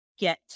get